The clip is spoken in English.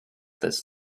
this